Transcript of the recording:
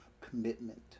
commitment